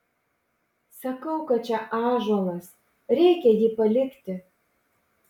sakau kad čia ąžuolas reikia jį palikti